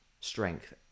strength